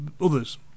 others